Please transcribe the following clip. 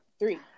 Three